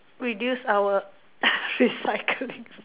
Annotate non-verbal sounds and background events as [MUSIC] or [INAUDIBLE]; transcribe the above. reduce our [LAUGHS] recycling